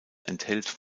enthält